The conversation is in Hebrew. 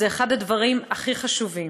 זה אחד הדברים הכי חשובים.